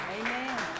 Amen